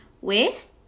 waste